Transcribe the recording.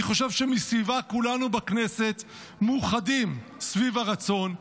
אני חושב שכולנו בכנסת מאוחדים סביב הרצון,